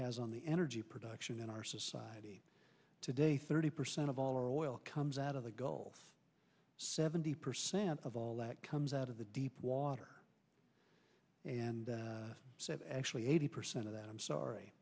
has on the energy production in our society today thirty percent of all or well comes out of the gulf seventy percent of all that comes out of the deep water and said actually eighty percent of that i'm sorry